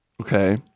Okay